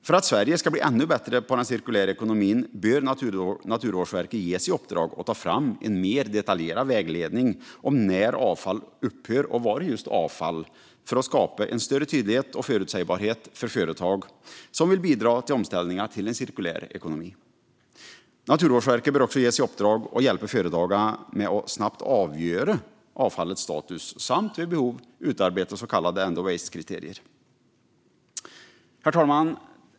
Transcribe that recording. För att Sverige ska bli ännu bättre på den cirkulära ekonomin bör Naturvårdsverket ges i uppdrag att ta fram en mer detaljerad vägledning om när avfall upphör att vara just avfall - detta för att skapa en större tydlighet och förutsägbarhet för företag som vill bidra till omställningen till en cirkulär ekonomi. Naturvårdsverket bör också ges i uppdrag att hjälpa företagen med att snabbt avgöra avfallets status samt vid behov utarbeta så kallade end of waste-kriterier. Herr talman!